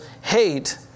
hate